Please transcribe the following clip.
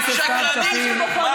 חוצפנית, שקרנית.